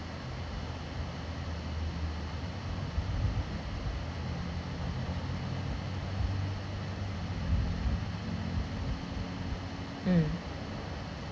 mm